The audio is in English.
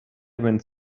went